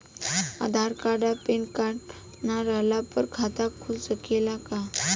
आधार card आ pan card ना रहला पर खाता खुल सकेला का?